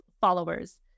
followers